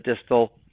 distal